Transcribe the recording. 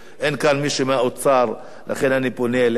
אין כאן מישהו מהאוצר, לכן אני פונה אליך,